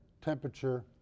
temperature